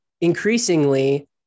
Increasingly